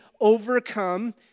overcome